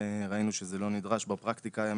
ראינו שזה לא נדרש בפרקטיקה היום,